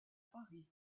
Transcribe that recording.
paris